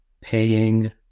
paying